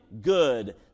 good